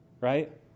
right